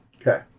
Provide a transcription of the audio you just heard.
Okay